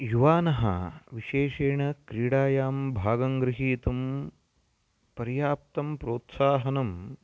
युवानः विशेषेण क्रीडायां भागं ग्रहीतुं पर्याप्तं प्रोत्साहनं